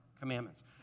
commandments